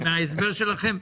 מההסבר שלכם,